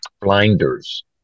blinders